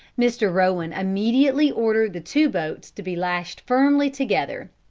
mr. rowan immediately ordered the two boats to be lashed firmly together.